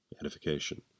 edification